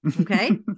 Okay